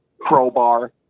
Crowbar